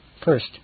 First